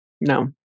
No